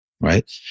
right